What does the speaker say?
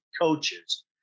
coaches